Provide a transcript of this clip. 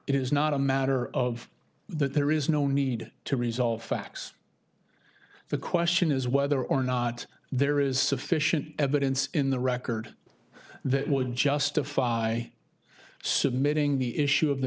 is not a matter of that there is no need to resolve facts the question is whether or not there is sufficient evidence in the record that would justify submitting the issue of the